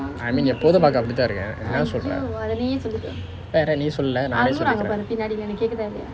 I mean எப்போதும் பார்க்க அப்படி தான் இருக்கேன் என்ன சொல்ற வேற நீ சொல்லலை நானே சொல்லிக்கிறேன்:eppothum paarkka appadi thaan iruken enna solra vera ni sollalai naane sollikiren